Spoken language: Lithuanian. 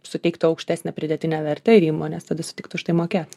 suteiktų aukštesnę pridėtinę vertę ir įmonės tada sutiktų už tai mokėt